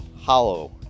hollow